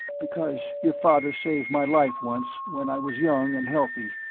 because your father saved my life once when i was young and healthy,